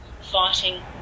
fighting